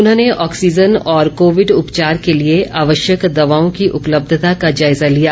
उन्होंने ऑक्सीजन और कोविड उपचार के लिए आवश्यक दवाओं की उपलब्धता का जायजा लिया